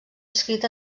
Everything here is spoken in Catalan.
escrit